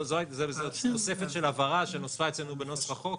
זה תוספת של הבהרה שנוספה אצלנו בנוסח החוק.